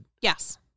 Yes